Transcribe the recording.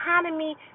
economy